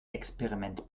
experiment